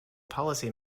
policy